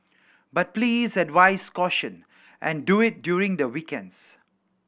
but please advise caution and do it during the weekends